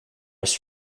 his